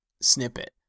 snippet